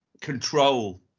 control